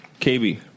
KB